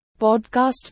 podcast